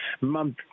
month